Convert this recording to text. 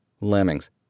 Lemmings